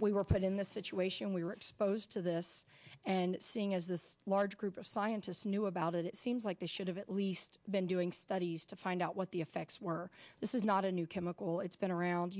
we were put in this situation we were exposed to this and seeing as this large group of scientists knew about it it seems like they should have at least been doing studies to find out what the effects were this is not a new chemical it's around